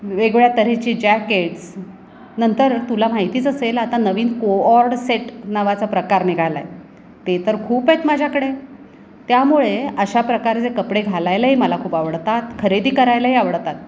वेगळ्या तऱ्हेचे जॅकेट्स नंतर तुला माहितीच असेल आता नवीन कोऑर्ड सेट नावाचा प्रकार निघाला आहे ते तर खूप आहेत माझ्याकडे त्यामुळे अशा प्रकारे कपडे घालायलाही मला खूप आवडतात खरेदी करायलाही आवडतात